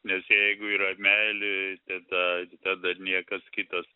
nes jeigu yra meilė tada tada ir niekas kitas